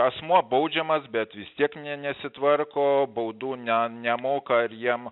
asmuo baudžiamas bet vis tiek ne nesitvarko baudų ne ne nemoka jiem